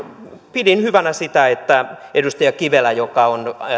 pidin hyvänä sitä että edustaja kivelä joka on